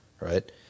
right